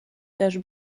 tache